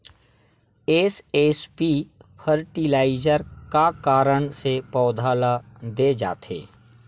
SSP fertiliser का कारण से पौधा ल दे जाथे?